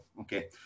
Okay